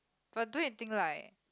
but do you think like